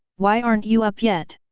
why aren't you up yet?